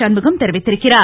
சண்முகம் தெரிவித்திருக்கிறார்